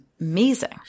amazing